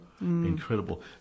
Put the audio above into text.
incredible